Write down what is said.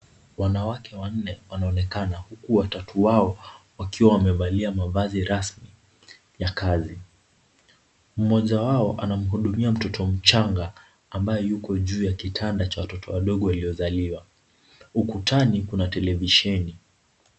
Wanawake wanne wanaonekana huku watatu wao, wakiwa wamevalia mavazi rasmi ya kazi. Mmoja wao anamhudumia mtoto mchanga ambaye yuko juu ya kitanda cha watoto wadogo waliozaliwa. Ukutani kuna televisheni.